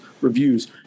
reviews